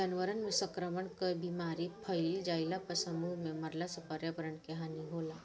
जानवरन में संक्रमण कअ बीमारी फइल जईला पर समूह में मरला से पर्यावरण के हानि होला